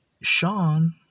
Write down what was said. Sean